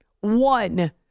One